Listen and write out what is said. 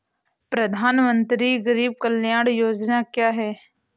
प्रधानमंत्री गरीब कल्याण योजना क्या है?